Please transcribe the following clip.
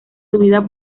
subida